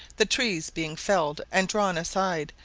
the trees being felled and drawn aside,